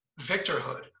victorhood